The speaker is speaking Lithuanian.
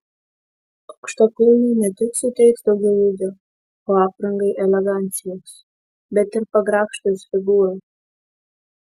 aukštakulniai ne tik suteiks daugiau ūgio o aprangai elegancijos bet ir pagrakštins figūrą